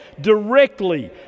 directly